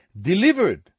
delivered